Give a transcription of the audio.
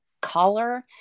color